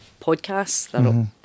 podcasts